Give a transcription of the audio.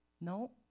No